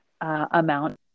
amount